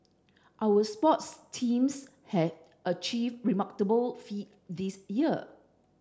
our sports teams have achieved remarkable feat this year